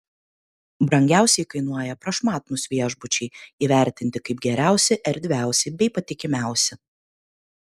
brangiausiai kainuoja prašmatnūs viešbučiai įvertinti kaip geriausi erdviausi bei patikimiausi